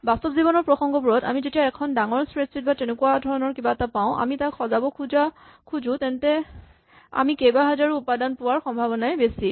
বাস্তৱ জীৱনৰ প্ৰসংগবোৰত আমি যেতিয়া এখন ডাঙৰ স্প্ৰেডচ্যীট বা তেনেকুৱা ধৰণৰ কিবা পাওঁ আৰু আমি তাক সজাব খোজো তেন্তে আমি কেইবাহাজাৰৰো উপাদান পোৱাৰ সম্ভাৱনাই বেছি